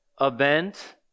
event